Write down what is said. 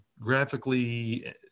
graphically